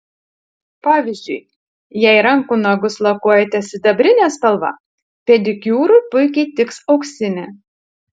pavyzdžiui jei rankų nagus lakuojate sidabrine spalva pedikiūrui puikiai tiks auksinė